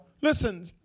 Listen